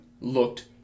looked